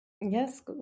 Yes